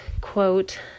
quote